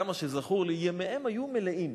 יש עניין שאדם יכין את עצמו בצעירותו לימי זיקנתו.